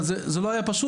אבל זה לא היה פשוט,